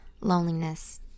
loneliness